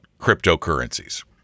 cryptocurrencies